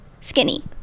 skinny